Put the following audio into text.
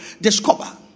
discover